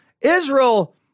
Israel